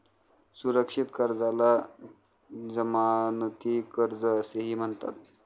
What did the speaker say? सुरक्षित कर्जाला जमानती कर्ज असेही म्हणतात